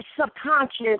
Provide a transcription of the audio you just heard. subconscious